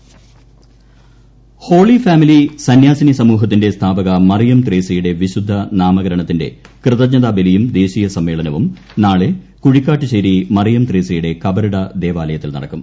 മറിയം ത്രേസൃ ഇൻട്രോ holy family സന്യാസിനി സമൂഹത്തിന്റെ സ്ഥാപക മറിയം ത്രേസ്യയുടെ വിശുദ്ധ നാമകരണത്തിന്റെ കൃതജ്ഞതാ ബലിയും ദേശീയ സമ്മേളനവും നാളെ കുഴിക്കാട്ടുശേരി മറിയം ത്രേസ്യയുടെ കബറിട ദേവാലയത്തിൽ നടക്കും